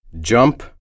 Jump